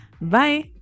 Bye